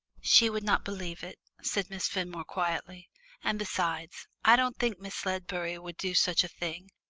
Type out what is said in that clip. she would not believe it, said miss fenmore quietly and besides, i don't think miss ledbury would do such a thing,